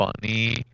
funny